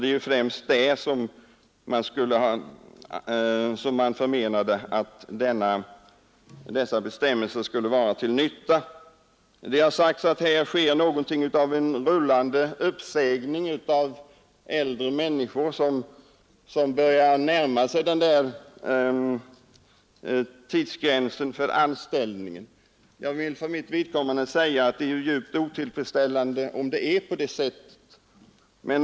Det var ju främst i en sådan situation som man ansåg att dessa bestämmelser skulle vara till nytta. Det har sagts att det sker något av en rullande uppsägning av människor som börjar närma sig den där tidsgränsen för anställningen. Jag vill för mitt vidkommande säga att det är djupt otillfredställande om det är på det sättet.